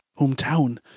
hometown